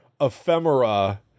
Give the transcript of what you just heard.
ephemera